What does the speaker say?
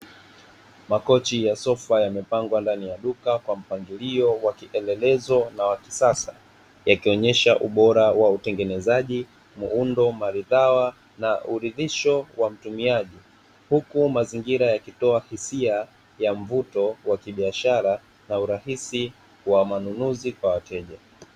Makochi ya sofa yamepangwa ndani ya duka kwa mpangilio wa kielelezo na wa kisasa; yakionyesha ubora wa utengenezaji, muundo maridhawa na uridhisho wa mtumiaji, huku mazingira yakitoa hisia ya mvuto wa kibiashara na urahisi wa manunuzi kwa wateja.